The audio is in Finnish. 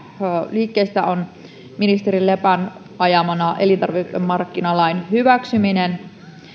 liikkeistä on ministeri lepän ajamana elintarvikemarkkinalain hyväksyminen